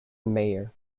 mayor